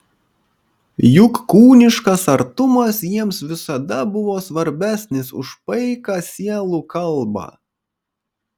juk kūniškas artumas jiems visada buvo svarbesnis už paiką sielų kalbą